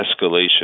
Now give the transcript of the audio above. escalation